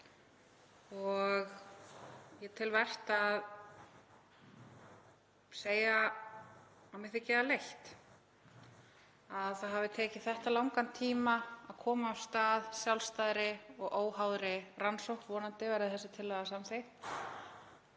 Ég tel vert að segja að mér þykir leitt að það hafi tekið þetta langan tíma að koma af stað sjálfstæðri og óháðri rannsókn, verði þessi tillaga samþykkt,